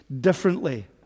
differently